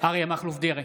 אריה מכלוף דרעי,